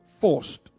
forced